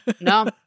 No